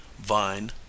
vine